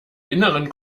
inneren